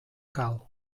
cal